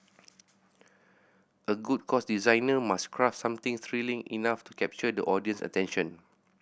a good course designer must craft something thrilling enough to capture the audience's attention